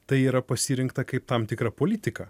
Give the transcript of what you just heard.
tai yra pasirinkta kaip tam tikra politika